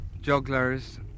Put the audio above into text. jugglers